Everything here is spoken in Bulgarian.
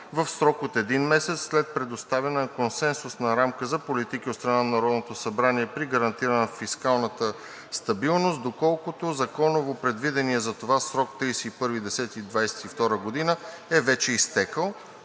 в срок от един месец след предоставена консенсусна рамка за политики от страна на Народното събрание при гарантиране на фискалната стабилност, доколкото законово предвиденият за това срок (31.10.2022 г.) е вече изтекъл.“